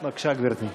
בבקשה, גברתי.